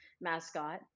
mascot